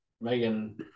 Megan